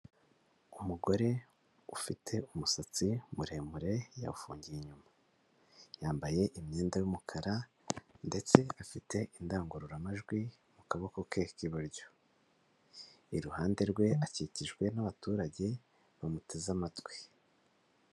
Umugore ufite umusatsi muremure, yawufungiye inyuma, yambaye imyenda y'umukara ndetse afite indangururamajwi mu kaboko ke k'iburyo, iruhande rwe akikijwe n'abaturage bamuteze amatwi.